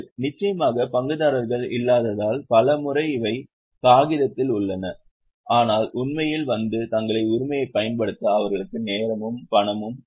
நிச்சயமாக பங்குதாரர்கள் இல்லாததால் பல முறை இவை காகிதத்தில் உள்ளன ஆனால் உண்மையில் வந்து தங்கள் உரிமையைப் பயன்படுத்த அவர்களுக்கு நேரமும் பணமும் இல்லை